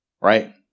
Right